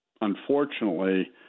Unfortunately